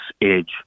age